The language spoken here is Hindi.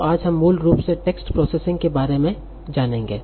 तो आज हम मूल रूप से टेक्स्ट प्रोसेसिंग के बारे में जानेंगे